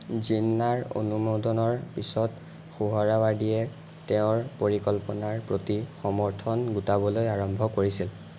জিন্নাৰ অনুমোদনৰ পিছত সুহৰাৱাড়িয়ে তেওঁৰ পৰিকল্পনাৰ প্ৰতি সমৰ্থন গোটাবলৈ আৰম্ভ কৰিছিল